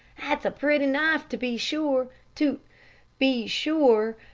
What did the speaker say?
that's a pretty knife, to be sure to be sure.